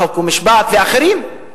חוק ומשפט ואחרים,